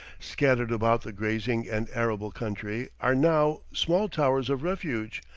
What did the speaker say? scattered about the grazing and arable country are now small towers of refuge,